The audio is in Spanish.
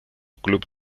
club